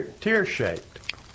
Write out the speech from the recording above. tear-shaped